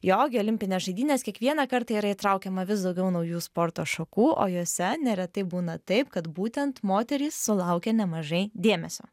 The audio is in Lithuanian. jog į olimpinės žaidynės kiekvieną kartą yra įtraukiama vis daugiau naujų sporto šakų o jose neretai būna taip kad būtent moterys sulaukia nemažai dėmesio